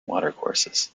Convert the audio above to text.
watercourses